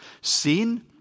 Sin